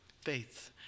Faith